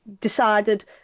decided